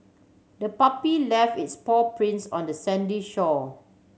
the puppy left its paw prints on the sandy shore